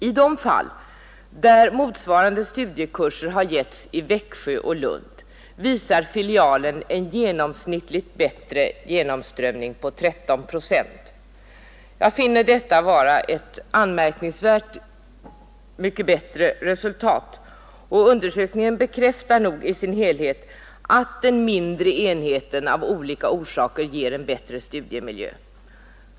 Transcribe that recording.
I de fall där motsvarande studiekurser har getts i Växjö och Lund visar filialen en genomsnittligt bättre genomströmning på 13 procent. Jag finner detta vara ett anmärkningsvärt mycket bättre resultat, och undersökningen bekräftar nog i sin helhet att den mindre enheten av olika orsaker ger en bättre studiemiljö.